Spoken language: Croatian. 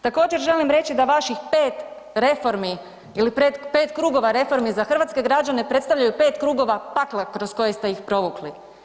Također želim reći da vaših pet reformi ili pet krugova reformi za hrvatske građane predstavljaju pet krugova pakla kroz koje ste ih provukli.